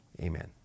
amen